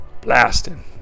blasting